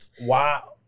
Wow